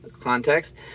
context